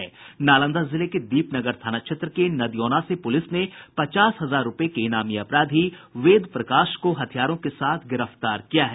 नालंदा जिले के दीपनगर थाना क्षेत्र के नदियौना से पुलिस ने पचास हजार रूपये के इनामी अपराधी वेद प्रकाश को हथियारों के साथ गिरफ्तार किया है